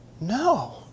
No